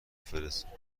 فرستاده